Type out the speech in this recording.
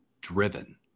driven